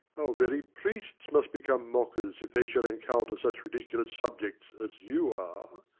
very priests must become mockers if they shall encounter such ridiculous subjects as you are.